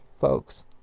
folks